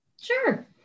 Sure